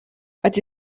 ati